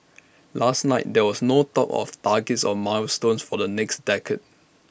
last night there was no talk of targets or milestones for the next decade